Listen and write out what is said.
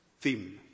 theme